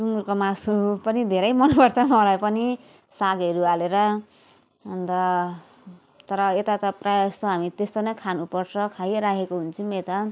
सुँगुरको मासु पनि धेरै मनपर्छ मलाई पनि सागहरू हालेर अन्त तर यता त प्रायःजस्तो हामी त त्यस्तो नै खानुपर्छ खाइरहेको हुन्छौँ यता